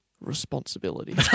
Responsibility